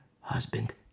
Husband